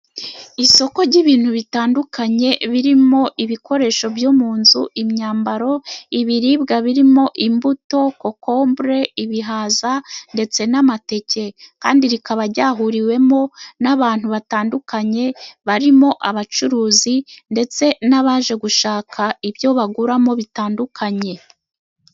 Isoko ry'ibintu bitandukanye birimo ibikoresho byo mu nzu, imyambaro ,ibiribwa birimo imbuto, kokombure, ibihaza, ndetse n'amateke ,kandi rikaba ryahuriwemo n'abantu batandukanye barimo abacuruzi, ndetse n'abaje gushaka ibyo baguramo bitandukanye.